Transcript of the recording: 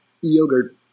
yogurt